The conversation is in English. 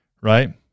right